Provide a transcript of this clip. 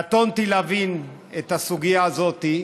קטונתי מלהבין את הסוגיה הזאת,